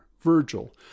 Virgil